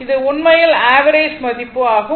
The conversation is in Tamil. இது உண்மையில் ஆவரேஜ் மதிப்பு ஆகும்